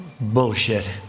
Bullshit